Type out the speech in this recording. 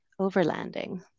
overlanding